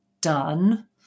done